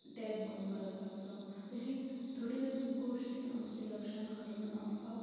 tap बंद करपाचो अशी थोडी थोडी गोश्टी आमचे लक्षांत घालून आमकां